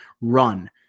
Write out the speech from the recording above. run